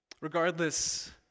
Regardless